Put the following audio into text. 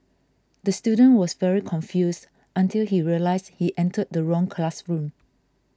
the student was very confused until he realised he entered the wrong classroom